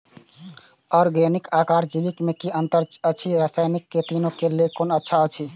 Organic आर जैविक में कि अंतर अछि व रसायनिक में तीनो क लेल कोन अच्छा अछि?